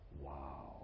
Wow